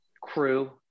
crew